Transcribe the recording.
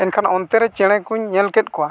ᱮᱱᱠᱷᱟᱱ ᱚᱱᱛᱮᱨᱮ ᱪᱮᱬᱮ ᱠᱚᱧ ᱧᱮᱞᱠᱮᱫ ᱠᱚᱣᱟ